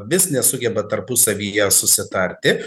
vis nesugeba tarpusavyje susitarti